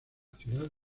ciudad